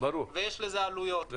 ויש לזה עלויות.